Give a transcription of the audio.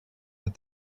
that